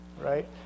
right